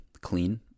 clean